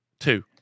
Two